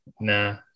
nah